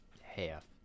half